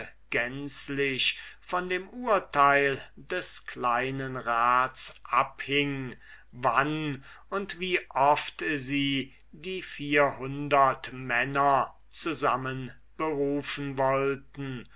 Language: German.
gänzlich von dem urteil des kleinen rates abhing wenn und wie oft sie die vierhundertmänner zusammenberufen wollten